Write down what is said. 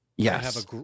Yes